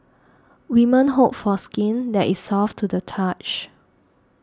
women hope for skin that is soft to the touch